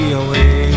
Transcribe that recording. away